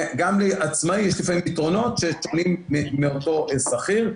גם לעצמאי יש לפעמים יתרונות טובים מאשר אותו שכיר.